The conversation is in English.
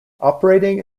operating